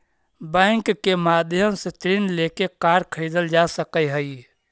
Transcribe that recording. bank के माध्यम से ऋण लेके कार खरीदल जा सकऽ हइ